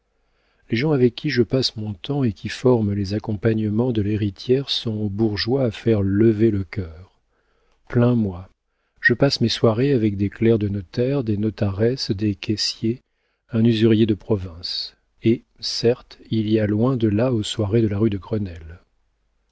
les gens avec qui je passe mon temps et qui forment les accompagnements de l'héritière sont bourgeois à faire lever le cœur plains moi je passe mes soirées avec des clercs de notaire des notaresses des caissiers un usurier de province et certes il y a loin de là aux soirées de la rue de grenelle